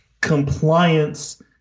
compliance